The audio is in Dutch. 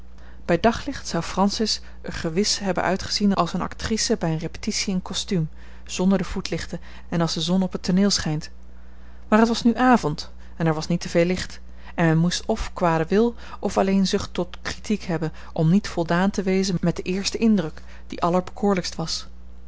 bij daglicht zou francis er gewis hebben uitgezien als eene actrice bij een repetitie in kostuum zonder de voetlichten en als de zon op het tooneel schijnt maar het was nu avond en er was niet te veel licht en men moest f kwaden wil f alleen zucht tot kritiek hebben om niet voldaan te wezen met den eersten indruk die allerbekoorlijkst was